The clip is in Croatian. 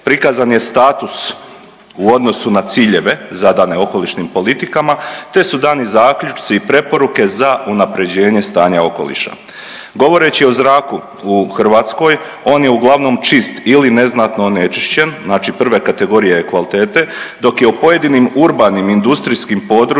Prikazan je status u odnosu na ciljeve zadane okolišnim politikama, te su dani zaključci i preporuke za unapređenje stanja okoliša. Govoreći o zraku u Hrvatskoj on je uglavnom čist ili neznatno onečišćen, znači prve kategorije je kvalitete dok je u pojedinim urbanim industrijskim područjima